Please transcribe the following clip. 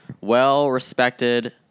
well-respected